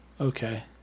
Okay